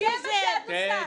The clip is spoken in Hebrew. זה מה שאת עושה.